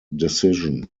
decision